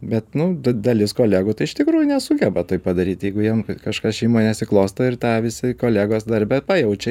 bet nu dalis kolegų tai iš tikrųjų nesugeba taip padaryt jeigu jiem kažkas šeimoj nesiklosto ir tą visi kolegos darbe pajaučia